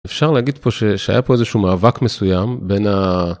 אפשר להגיד פה שהיה פה איזה שהוא מאבק מסוים בין.